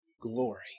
glory